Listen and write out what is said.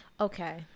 okay